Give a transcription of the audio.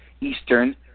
Eastern